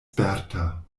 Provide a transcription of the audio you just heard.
sperta